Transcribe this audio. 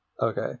Okay